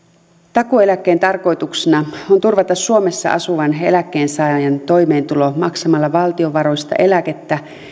takuueläkkeen tarkoituksena on turvata suomessa asuvan eläkkeensaajan toimeentulo maksamalla valtion varoista eläkettä